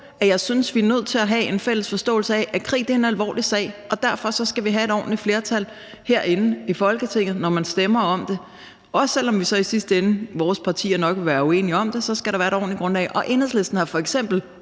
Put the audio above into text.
at jeg synes, vi er nødt til at have en fælles forståelse af, at krig er en alvorlig sag, og at vi derfor skal have et ordentligt flertal herinde i Folketinget, når vi stemmer om det, og også selv om vores partier nok vil være uenige om det i sidste ende, skal der være et ordentligt grundlag, og Enhedslisten har f.eks.